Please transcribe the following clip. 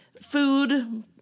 food